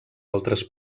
altres